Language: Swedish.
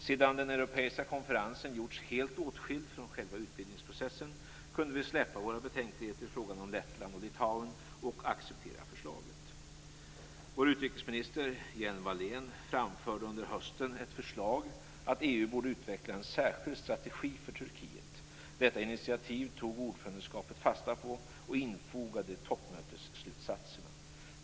Sedan den europeiska konferensen gjorts helt åtskild från själva utvidgningsprocessen kunde vi släppa våra betänkligheter i fråga om Lettland och Litauen och acceptera förslaget. Vår utrikesminister Hjelm-Wallén framförde under hösten ett förslag om att EU borde utveckla en särskild strategi för Turkiet. Detta initiativ tog ordförandeskapet fasta på och infogade toppmötesslutsatserna.